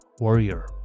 warrior